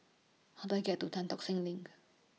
How Do I get to Tan Tock Seng LINK